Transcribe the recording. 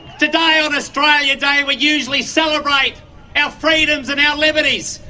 today on australia day we usually celebrate our freedoms and our liberties,